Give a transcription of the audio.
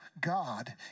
God